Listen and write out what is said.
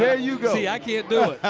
ah you go. see, i can't do